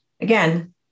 again